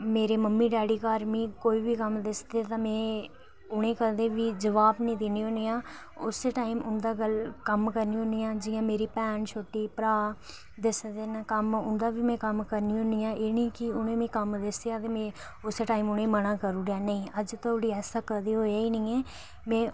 मेरे mummy daddy घर मिगी कोई बी कम्म दसदे ते में उनेंगी कोई बी जवाब नी दिन्नी हुन्नी आं उस्सै टाइम उंदा कम्म करनी हुन्नी आं जियां मेरी भैन छोटी भ्राऽ दसदे न कम्म उन्दा बी में कम्म करनी हुन्नी आं एह् नी कि उनें मिगी कोई कम्म दस्सेआ ते में उस्सै टाइम उनेंगी मना करू उड़ेआ नेईं अजें धोड़ी ऐसा कदें होएया ही नेईं ऐ में